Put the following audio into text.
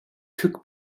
took